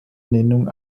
nennung